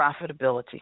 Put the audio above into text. profitability